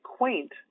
quaint